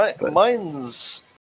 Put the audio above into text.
mine's